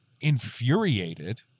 infuriated